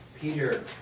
Peter